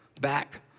back